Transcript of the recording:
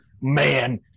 man